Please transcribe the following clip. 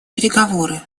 переговоры